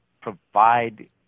provide